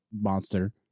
monster